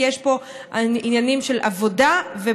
כי יש פה עניינים של עבודה ובריאות.